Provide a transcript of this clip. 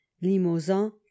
Limousin